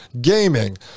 gaming